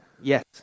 Yes